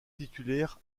titulaire